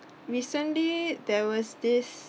recently there was this